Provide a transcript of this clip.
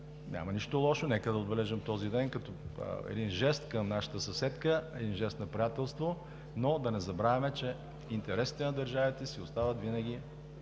Няма нищо лошо – нека да отбележим този ден като един жест към нашата съседка, един жест на приятелство, но да не забравяме, че интересите на държавите си остават винаги